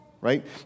right